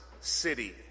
city